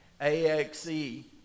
A-X-E